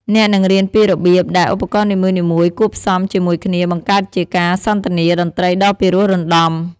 អ្នកនឹងរៀនពីរបៀបដែលឧបករណ៍នីមួយៗ គួបផ្សំជាមួយគ្នា បង្កើតជាការសន្ទនាតន្ត្រីដ៏ពិរោះរណ្ដំ។